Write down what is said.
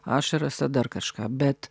ašaras a dar kažką bet